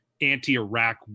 anti-Iraq